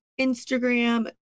instagram